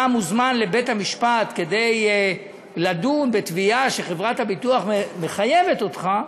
אתה מוזמן לבית-המשפט כדי לדון בתביעה שחברת הביטוח מחייבת אותך,